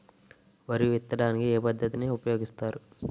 వరి విత్తడానికి ఏ పద్ధతిని ఉపయోగిస్తారు?